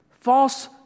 False